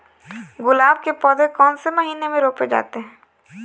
गुलाब के पौधे कौन से महीने में रोपे जाते हैं?